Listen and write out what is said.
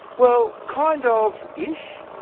well, kind of, ish.